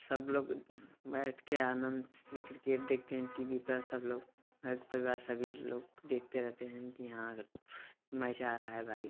सब लोग बैठ के आनंद से क्रिकेट देखते हैं टी वी पर सब लोग घर के परिवार सभी लोग देखते रहते हैं कि हाँ मैच आ रहा है भाई